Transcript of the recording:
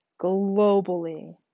globally